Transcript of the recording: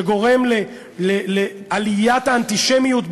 שגורם לעליית האנטישמיות בעולם,